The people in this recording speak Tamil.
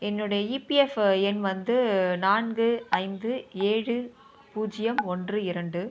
என்னுடைய ஈபிஎஃப் எண் வந்து நான்கு ஐந்து ஏழு பூஜ்ஜியம் ஒன்று இரண்டு